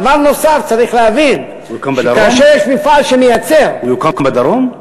דבר נוסף, צריך להבין, הוא יוקם בדרום?